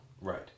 Right